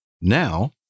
now